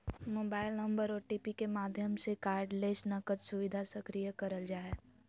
mobile number OTP के माध्यम से कार्डलेस नकद सुविधा सक्रिय करल जा हय